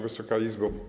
Wysoka Izbo!